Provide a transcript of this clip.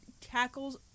tackles